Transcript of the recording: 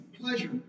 pleasure